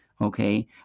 Okay